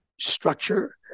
structure